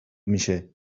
میشه